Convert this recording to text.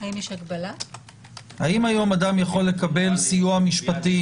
האם היום אדם יכול לקבל סיוע משפטי